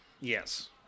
Yes